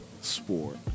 sport